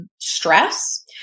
stress